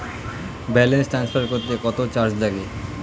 Balance transfer করতে কত charge লাগে?